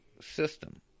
system